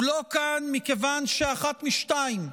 הוא לא כאן מכיוון שאחת משתיים: